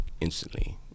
instantly